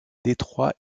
détroit